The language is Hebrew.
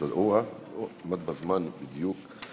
סיימת בזמן, בדיוק.